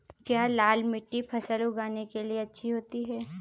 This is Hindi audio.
क्या लाल मिट्टी फसल उगाने के लिए अच्छी होती है?